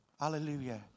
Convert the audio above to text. Hallelujah